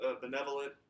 benevolent